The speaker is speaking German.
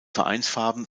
vereinsfarben